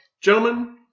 Gentlemen